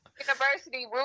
University